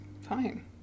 fine